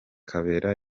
kabera